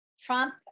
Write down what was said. Trump